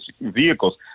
vehicles